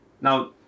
Now